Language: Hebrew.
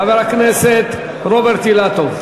חבר הכנסת רוברט אילטוב.